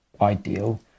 ideal